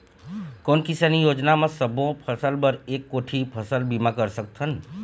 कोन किसानी योजना म सबों फ़सल बर एक कोठी फ़सल बीमा कर सकथन?